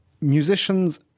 musicians